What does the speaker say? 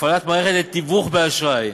(הפעלת מערכת לתיווך באשראי).